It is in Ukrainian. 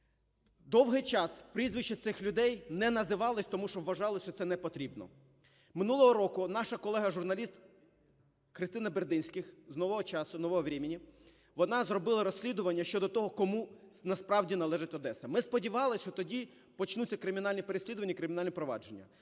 Довгий час прізвища цих людей не називались, тому що вважалося, це непотрібно. Минулого року наша колега журналіст Христина Бердинських з "Нового часу" ("Нового времени"), вона зробила розслідування щодо того, кому насправді належить Одеса. Ми сподівались, що тоді почнуться кримінальні переслідування, кримінальні провадження,